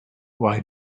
why